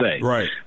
Right